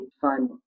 fun